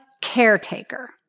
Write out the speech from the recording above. caretaker